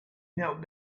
knelt